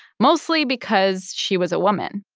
mostly because she was a woman.